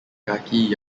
kaki